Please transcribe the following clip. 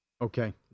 Okay